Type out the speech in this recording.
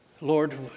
Lord